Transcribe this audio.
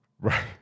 Right